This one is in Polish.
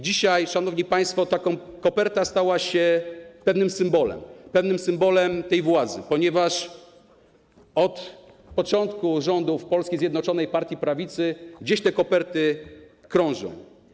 Dzisiaj, szanowni państwo, koperta stała się pewnym symbolem tej władzy, ponieważ od początku rządów polskiej zjednoczonej partii prawicy gdzieś te koperty krążą.